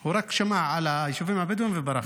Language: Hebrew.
הוא רק שמע על היישובים הבדואיים וברח.